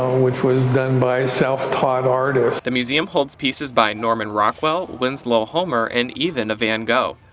um which was done by self-taught artists. the museum holds pieces by norman rockwell, winslow homer, and even a van gogh.